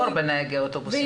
מחסור בנהגי אוטובוסים,